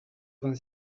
vingt